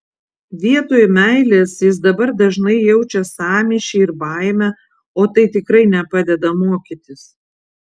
vietoj meilės jis dabar dažnai jaučia sąmyšį ir baimę o tai tikrai nepadeda mokytis